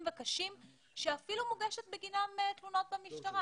וקשים שאפילו מוגשת בגינם תלונה במשטרה?